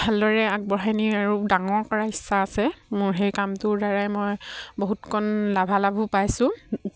ভালদৰে আগবঢ়াই নি আৰু ডাঙৰ কৰাৰ ইচ্ছা আছে মোৰ সেই কামটোৰ দ্বাৰাই মই বহুতকণ লাভালাভো পাইছোঁ